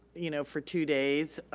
you know, for two days,